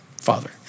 father